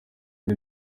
ari